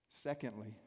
Secondly